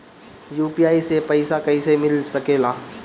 UPI से पइसा कईसे मिल सके ला?